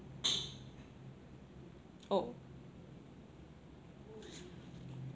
oh